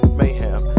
mayhem